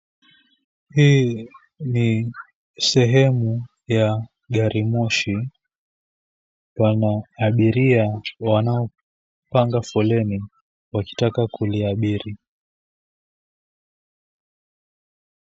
Hii ni sehemu ya gari moshi. Pana abiria wa wanaopanga foleni wakitaka kuliabiri.